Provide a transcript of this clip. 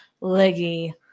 leggy